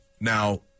Now